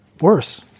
worse